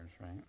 right